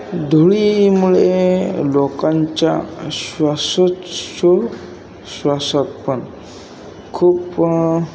धुळीमुळे लोकांच्या श्वासोच्छ्वासात पण खूप